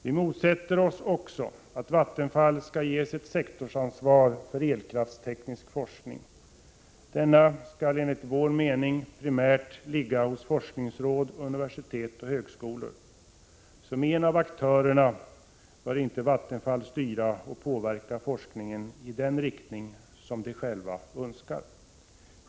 Vi motsätter oss också att Vattenfall skall ges ett sektorsansvar för elkraftsteknisk forskning. Sådan forskning skall enligt vår mening primärt ligga hos forskningsråd, universitet och högskolor. Som en av aktörerna bör inte Vattenfall styra och påverka forskningen i den riktning som Vattenfall självt önskar.